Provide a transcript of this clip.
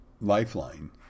lifeline